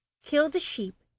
killed the sheep,